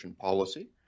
Policy